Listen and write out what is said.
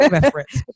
reference